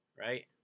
right